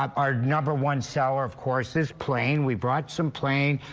um our number one sour of course is plain we brought some plane,